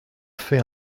fait